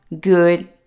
good